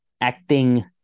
acting